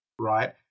right